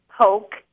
poke